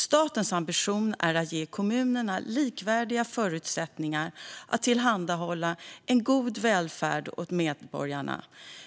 Statens ambition är att ge kommunerna likvärdiga förutsättningar att tillhandahålla en god välfärd åt medborgarna,